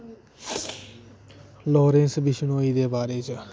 Lorentz Bishnoi दे बारे च